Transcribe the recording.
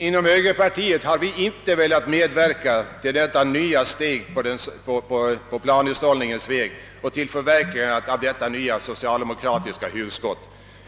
Inom högerpartiet har vi inte velat medverka till detta nya steg på planhushållningens väg, till förverkligande av detta nya socialdemokratiska hugskott.